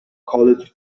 college